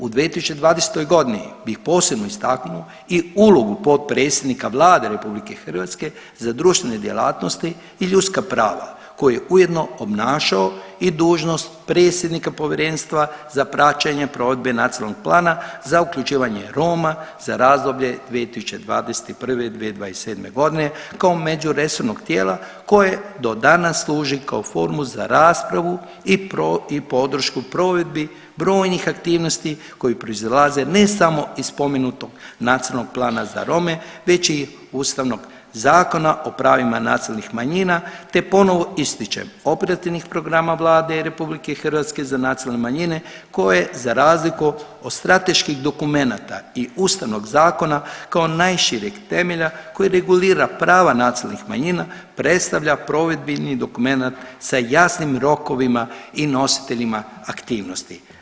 U 2020. godini bih posebno istaknuo i ulogu potpredsjednika Vlade Republike Hrvatske za društvene djelatnosti i ljudska prava koji je ujedno obnašao i dužnost predsjednika Povjerenstva za praćenje provedbe Nacionalnog plana za uključivanje Roma za razdoblje 2021.-2027. godine kao međuresornog tijela koje do danas služi kao formu za raspravu i podršku provedbi brojnih aktivnosti koji proizilaze ne samo iz spomenutog Nacionalnog plana za Rome već i Ustavnog zakona o pravima nacionalnih manjina, te ponovo ističem operativnih programa Vlade RH za nacionalne manjine koje za razliku od strateških dokumenata i Ustavnog zakona kao najšireg temelja koji regulira prava nacionalnih manjina predstavlja provedbeni dokumenat sa jasnim rokovima i nositeljima aktivnosti.